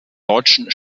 deutschen